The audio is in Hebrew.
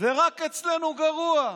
ורק אצלנו גרוע.